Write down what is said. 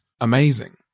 amazing